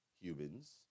humans